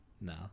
No